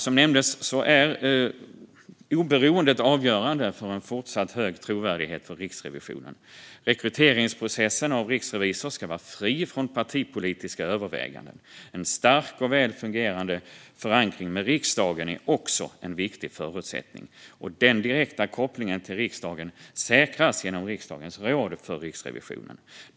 Som nämndes är oberoendet avgörande för en fortsatt hög trovärdighet för Riksrevisionen. Rekryteringsprocessen av riksrevisor ska vara fri från partipolitiska överväganden. En stark och väl fungerande förankring i riksdagen är också en viktig förutsättning. Den direkta kopplingen till riksdagen säkras genom riksdagens råd för Riksrevisionen.